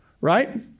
right